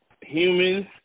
humans